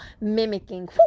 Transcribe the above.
mimicking